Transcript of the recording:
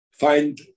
find